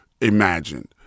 imagined